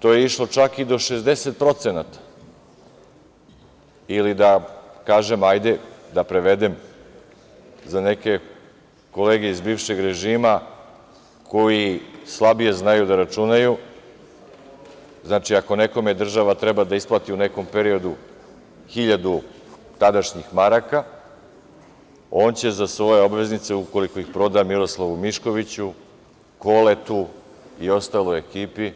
To je išlo čak i do 60% ili da kažem, hajde, da prevedem za neke kolege iz bivšeg režima koji slabije znaju da računaju, znači ako nekome država treba da isplati u nekom periodu 1.000 tadašnjih maraka, on će za svoje obveznice, ukoliko ih proda Miroslavu Miškoviću, Koletu i ostaloj ekipi,